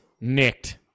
nicked